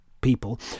people